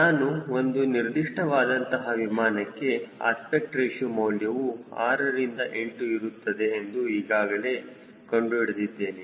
ನಾನು ಒಂದು ನಿರ್ದಿಷ್ಟವಾದಂತಹ ವಿಮಾನಕ್ಕೆ ಅಸ್ಪೆಕ್ಟ್ ರೇಶಿಯೋ ಮೌಲ್ಯವು 6 ರಿಂದ 8 ಇರುತ್ತದೆ ಎಂದು ಈಗಾಗಲೇ ಕಂಡುಹಿಡಿದಿದ್ದೇನೆ